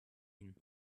ihnen